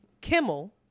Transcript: Kimmel